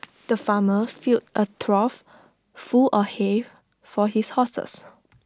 the farmer filled A trough full of hay for his horses